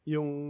Yung